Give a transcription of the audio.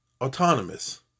autonomous